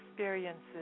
Experiences